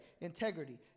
Integrity